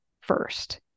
first